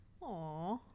Aw